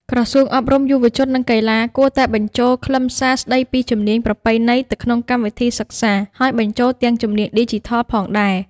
ក្រសួងអប់រំ យុវជន និងកីឡា គួរតែបញ្ចូលខ្លឹមសារស្តីពីជំនាញប្រពៃណីទៅក្នុងកម្មវិធីសិក្សាហើយបញ្ចូលទាំងជំនាញឌីជីថលផងដែរ។